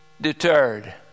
deterred